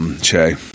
Che